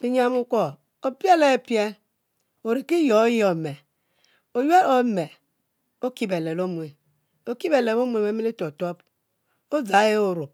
Binyiam wukui opiele pie oriki yuo yuo e'mel oki beleb oki beleb ke omme, bemuli tuob tuob, odzand e omob,